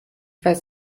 weiß